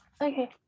Okay